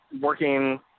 working –